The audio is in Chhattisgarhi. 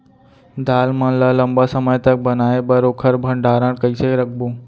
दाल मन ल लम्बा समय तक बनाये बर ओखर भण्डारण कइसे रखबो?